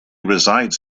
resides